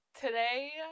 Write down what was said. Today